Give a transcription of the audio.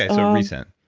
so, recent.